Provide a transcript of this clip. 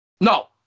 No